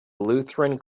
lutheran